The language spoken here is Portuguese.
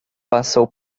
passou